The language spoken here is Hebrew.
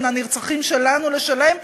בין הנרצחים שלנו לשלהם,